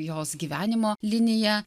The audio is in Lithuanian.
jos gyvenimo linija